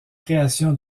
création